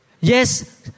Yes